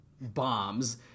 bombs